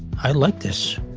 i like this.